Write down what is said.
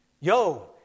yo